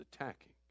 attacking